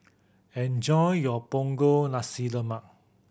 enjoy your Punggol Nasi Lemak